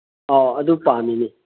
ꯑꯧ ꯑꯗꯨ ꯄꯥꯝꯃꯤꯅꯦ